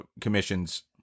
commissions